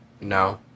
No